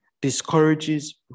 discourages